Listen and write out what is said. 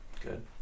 Good